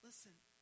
Listen